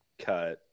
cut